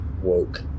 woke